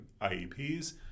IEPs